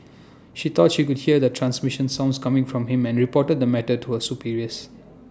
she thought she could hear the transmission sounds coming from him and reported the matter to her superiors